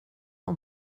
och